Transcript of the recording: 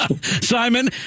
Simon